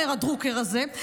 אומר הדרוקר הזה,